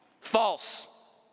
False